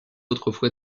autrefois